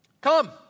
Come